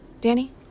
Danny